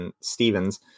Stevens